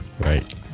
Right